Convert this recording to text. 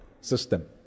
system